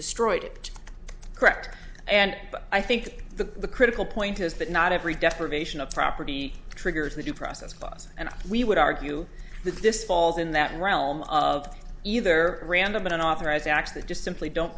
destroyed it correct and i think the critical point is that not every deprivation of property triggers the due process clause and we would argue that this falls in that realm of either random unauthorized acts that just simply don't